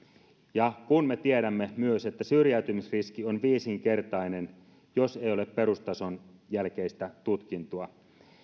ja me tiedämme myös että syrjäytymisriski on viisinkertainen jos ei ole perustason jälkeistä tutkintoa